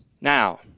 Now